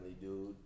dude